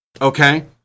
okay